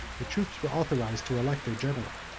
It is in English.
the troops were authorized to elect their general.